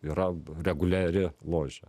yra reguliari ložė